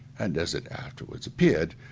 and, as it afterwards appeared,